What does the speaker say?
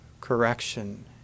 correction